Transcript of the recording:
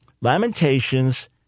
Lamentations